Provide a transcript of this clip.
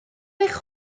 eich